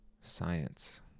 Science